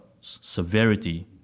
severity